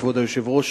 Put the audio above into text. כבוד היושב-ראש,